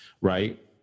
right